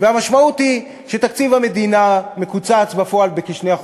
והמשמעות היא שתקציב המדינה מקוצץ בפועל בכ-2%.